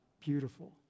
beautiful